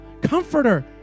Comforter